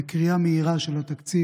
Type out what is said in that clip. בקריאה מהירה של התקציב,